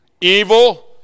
Evil